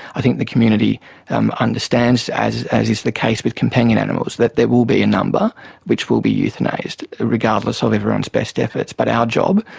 i think the community um understands, as as is the case with companion animals, that there will be a number which will be euthanised, regardless of everyone's best efforts. but our job,